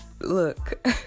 look